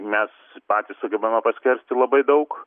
mes patys sugebame paskersti labai daug